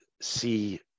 see